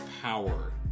power